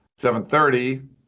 7.30